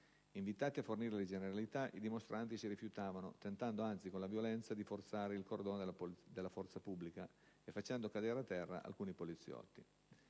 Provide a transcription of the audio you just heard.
Invitati a fornire le generalità, i dimostranti si rifiutavano, tentando anzi con la violenza di forzare il cordone della forza pubblica e facendo cadere a terra alcuni poliziotti.